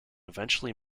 eventually